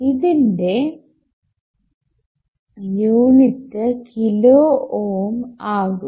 ഇതിൻറെ unit kilo ohm ആകും